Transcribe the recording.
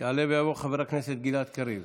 יעלה ויבוא חבר הכנסת גלעד קריב.